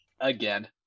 Again